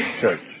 Church